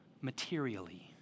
Materially